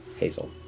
Hazel